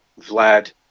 Vlad